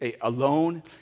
alone